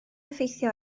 effeithio